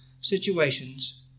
situations